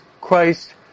Christ